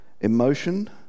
emotion